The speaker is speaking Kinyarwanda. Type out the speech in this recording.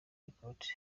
record